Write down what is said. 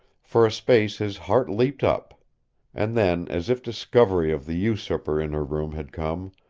for a space his heart leapt up and then, as if discovery of the usurper in her room had come,